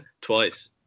Twice